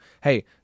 hey